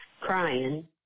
crying